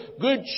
good